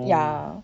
ya